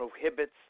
prohibits